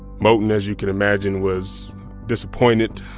moton, as you can imagine, was disappointed,